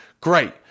great